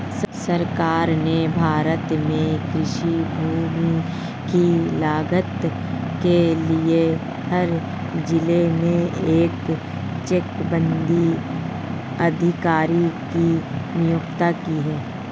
सरकार ने भारत में कृषि भूमि की लागत के लिए हर जिले में एक चकबंदी अधिकारी की नियुक्ति की है